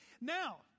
Now